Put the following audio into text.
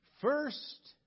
first